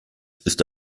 ist